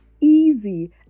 easy